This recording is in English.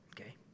okay